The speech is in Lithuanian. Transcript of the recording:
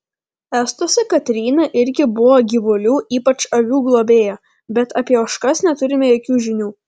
estuose katryna irgi buvo gyvulių ypač avių globėja bet apie ožkas neturime jokių žinių